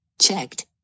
Checked